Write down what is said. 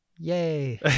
Yay